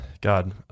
God